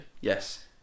Yes